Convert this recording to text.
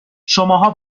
شماها